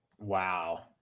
Wow